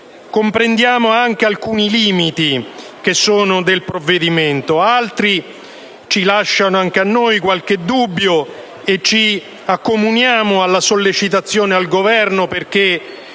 Comprendiamo alcuni limiti del provvedimento, altri lasciano anche a noi qualche dubbio, e ci accomuniamo alla sollecitazione al Governo perché